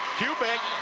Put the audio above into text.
kubik